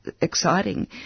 exciting